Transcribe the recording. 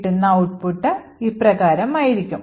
കിട്ടുന്ന ഔട്ട്പുട്ട് ഇപ്രകാരമായിരിക്കും